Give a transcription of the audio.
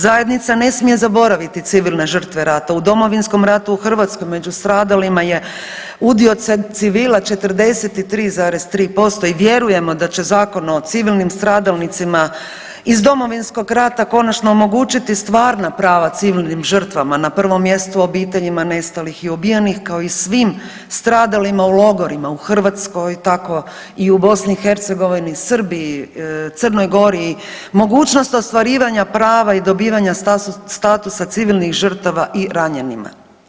Zajednica ne smije zaboraviti civilne žrtve rata u Domovinskom ratu u Hrvatskoj među stradalima je udio civila 43,3% i vjerujemo da će Zakon o civilnim stradalnicima iz Domovinskog rata konačno omogućiti stvarna prava civilnim žrtvama na prvom mjestu obiteljima nestalih i ubijenih kao i svim stradalima u logorima u Hrvatskoj, tko i u BiH, Srbiji, Crnoj Gori, mogućnost ostvarivanja prava i dobivanja statusa civilnih žrtava i ranjenima.